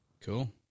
Cool